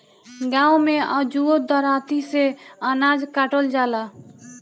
गाँव में अजुओ दराँती से अनाज काटल जाला